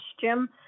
Jim